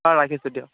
অঁ ৰাখিছোঁ দিয়ক